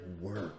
work